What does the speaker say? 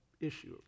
issue